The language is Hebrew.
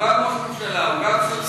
הוא גם ראש ממשלה,